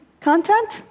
content